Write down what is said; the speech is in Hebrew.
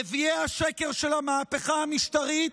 נביאי השקר של המהפכה המשטרית,